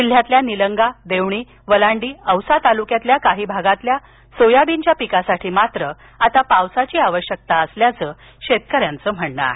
जिल्ह्यातल्या निलंगा देवणीवलांडी औसा तालुक्यातील कांही भागातील सोयाबीनच्या पिकासाठी मात्र आता पावसाची आवश्यकता असल्याचं शेतकऱ्यांचं म्हणण आहे